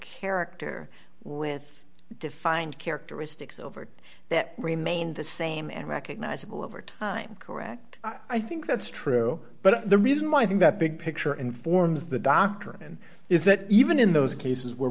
character with defined characteristics overt that remain the same and recognizable over time correct i think that's true but the reason why i think that big picture informs the doctrine is that even in those cases where